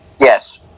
Yes